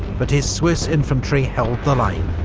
but his swiss infantry held the line,